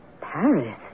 Paris